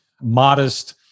modest